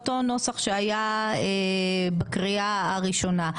אנחנו דנים באותו נוסח שהיה בקריאה הראשונה.